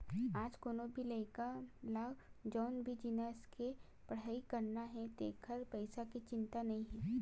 आज कोनो भी लइका ल जउन भी जिनिस के पड़हई करना हे तेखर पइसा के चिंता नइ हे